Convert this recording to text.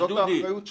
זו האחריות שלי.